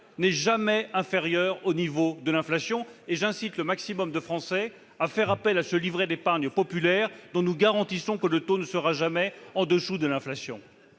n'est jamais inférieur au niveau de l'inflation. Et j'incite le maximum de Français à faire appel à ce livret d'épargne populaire dont nous garantissons que le taux ne sera jamais, je le répète, inférieur